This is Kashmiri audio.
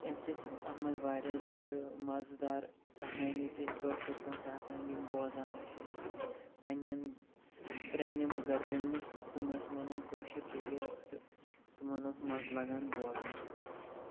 اَمہِ سۭتۍ اَتھ منٛز واریاہ زیادٕ مَزٕدار کہانی تہِ کٲشِر پٲٹھۍ آسان یِم بوزان ٲسۍ أسۍ پَننیٚن پرانیٚن بُزَرگَن نِش تِم ٲسۍ وَنان کٲشِر دٔلیٖل تہٕ تِمَن اوٗس مَزٕ لَگان بوزنَس